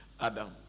Adam